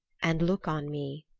and look on me,